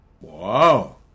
Wow